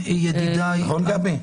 נכון, גבי?